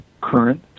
current